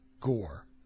gore